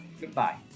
goodbye